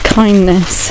kindness